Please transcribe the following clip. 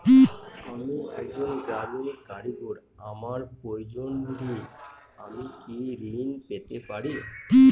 আমি একজন গ্রামীণ কারিগর আমার প্রয়োজনৃ আমি কি ঋণ পেতে পারি?